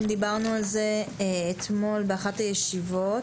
וגם דיברנו על זה אתמול באחת הישיבות,